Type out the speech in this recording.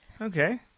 Okay